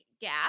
gap